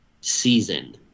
season